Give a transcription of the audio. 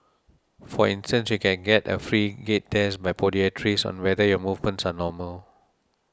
for instance you can get a free gait test by podiatrists on whether your movements are normal